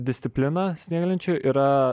disciplina snieglenčių yra